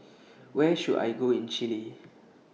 Where should I Go in Chile